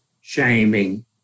shaming